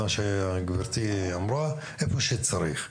היכן שצריך,